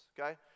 okay